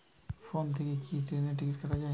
Phone থেকে কি ট্রেনের টিকিট কাটা য়ায়?